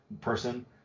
person